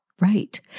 Right